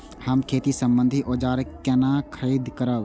हम खेती सम्बन्धी औजार केना खरीद करब?